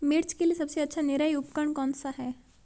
मिर्च के लिए सबसे अच्छा निराई उपकरण कौनसा है?